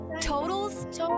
totals